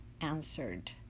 answered